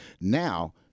Now